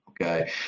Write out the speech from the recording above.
okay